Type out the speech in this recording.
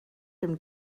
dem